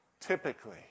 Typically